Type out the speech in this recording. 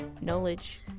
Knowledge